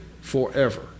forever